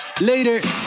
Later